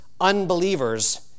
unbelievers